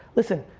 listen,